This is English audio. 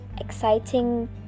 exciting